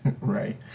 Right